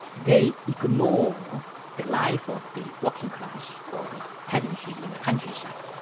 they ignore the life of the working class, or the peasantry in the countryside.